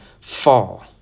fall